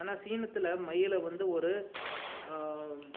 ஆனால் சீனத்தில் மயிலை வந்து ஒரு